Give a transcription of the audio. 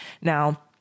Now